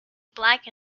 black